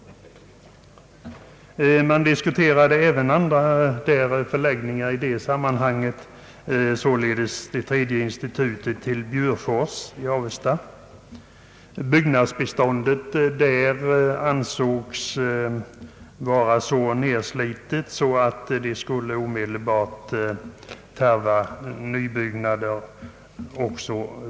Man diskuterade även andra förläggningsorter för det tredje institutet, t.ex. Bjurfors vid Avesta. Byggnadsbeståndet där ansågs dock vara så nedslitet att det omedelbart skulle behövas nybyggnader.